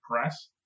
press